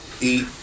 eat